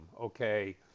Okay